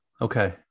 Okay